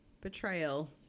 betrayal